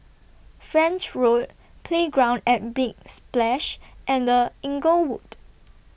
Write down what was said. French Road Playground At Big Splash and The Inglewood